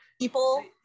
people